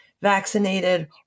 vaccinated